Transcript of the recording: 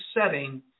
setting